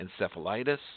encephalitis